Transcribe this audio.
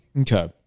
Okay